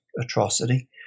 atrocity